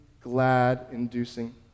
glad-inducing